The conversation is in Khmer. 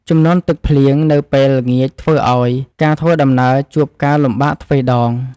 ជំនន់ទឹកភ្លៀងនៅពេលល្ងាចធ្វើឱ្យការធ្វើដំណើរជួបការលំបាកទ្វេដង។